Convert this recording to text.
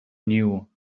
knew